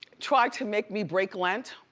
tried to make me break lent.